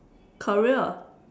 career